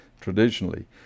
traditionally